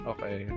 Okay